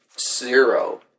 Zero